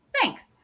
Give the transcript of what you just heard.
Thanks